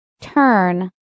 Turn